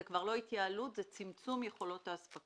זה כבר לא התייעלות אלא צמצום יכולות האספקה.